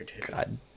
God